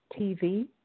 TV